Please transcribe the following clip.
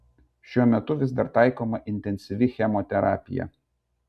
šiuo metu vis dar taikoma intensyvi chemoterapija